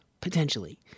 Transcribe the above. potentially